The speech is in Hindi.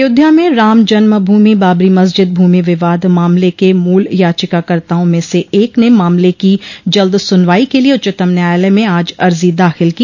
अयोध्या में रामजन्म भूमि बाबरी मस्जिद भूमि विवाद मामले के मूल याचिकाकर्ताओं में से एक ने मामले की जल्द सुनवाई के लिए उच्चतम न्यायालय में आज अर्जी दाखिल की